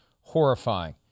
horrifying